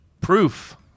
proof